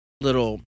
little